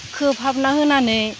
खोबहाबना होनानै